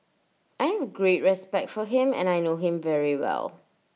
I have great respect for him and I know him very well